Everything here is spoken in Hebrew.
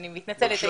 אני מתנצלת,